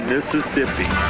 Mississippi